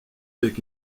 avec